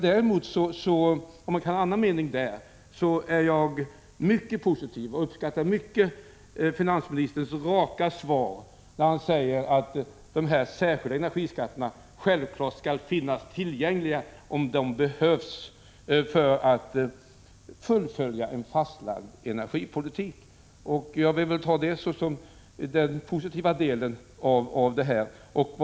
Däremot — även om man kan ha annan mening i nyssnämnda avseende — är jag positiv till och uppskattar mycket finansministerns raka svar då han säger att de särskilda energiskatterna självklart skall finnas tillgängliga om de behövs för att fullfölja en fastlagd energipolitik. Jag vill ta det som den positiva delen av detta resonemang.